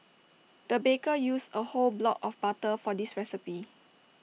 the baker used A whole block of butter for this recipe